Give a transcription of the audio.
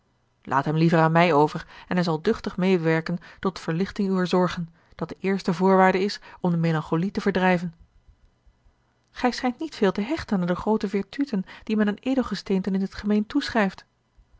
laat hem liever aan mij over en hij zal duchtig medewerken tot verlichting uwer zorgen dat de eerste voorwaarde is om de melancholie te verdrijven gij schijnt niet veel te hechten aan de groote virtuten die men aan edelgesteenten in t gemeen toeschrijft